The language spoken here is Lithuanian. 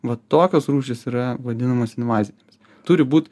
va tokios rūšys yra vadinamos invazinėmis turi būt